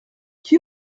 qui